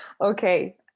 okay